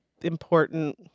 important